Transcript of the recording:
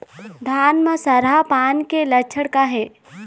धान म सरहा पान के लक्षण का हे?